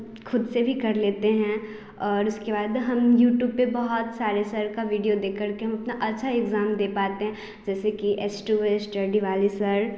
खुद से भी कर लेते हैं और उसके बाद हम यूट्यूब पर बहुत सारे सर का वीडियो देखकर के हम अपना अच्छा एग्जाम दे पाते हैं जैसे कि एच टू एच स्टडी वाले सर